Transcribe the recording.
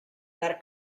dar